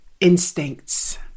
instincts